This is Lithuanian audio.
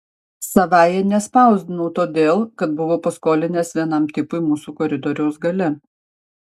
savąja nespausdinau todėl kad buvau paskolinęs vienam tipui mūsų koridoriaus gale